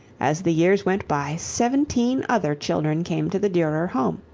as the years went by, seventeen other children came to the durer home.